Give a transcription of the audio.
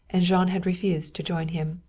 and jean had refused to join him.